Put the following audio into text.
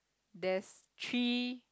there's three